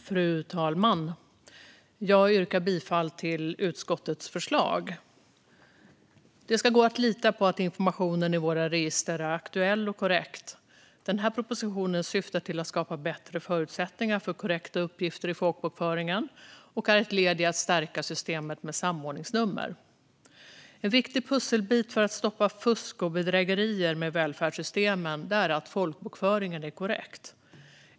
Fru talman! Jag yrkar bifall till utskottets förslag. Det ska gå att lita på att informationen i våra register är aktuell och korrekt. Den här propositionen syftar till att skapa bättre förutsättningar för korrekta uppgifter i folkbokföringen och är ett led i att stärka systemet med samordningsnummer. En viktig pusselbit för att stoppa fusk och bedrägerier med välfärdssystemen är att folkbokföringen är korrekt.